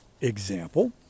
example